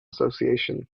association